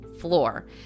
floor